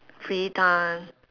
free time